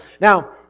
Now